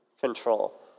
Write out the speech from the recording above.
control